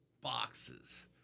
boxes